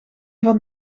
van